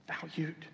valued